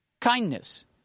kindness